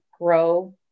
grow